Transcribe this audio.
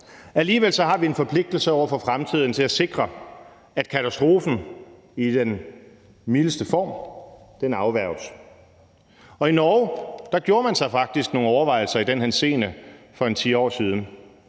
Alligevel har vi en forpligtelse over for fremtiden til at sikre, at katastrofen i den mildeste form afværges. I Norge gjorde man sig faktisk nogle overvejelser i den henseende for en 10 år siden.